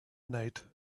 night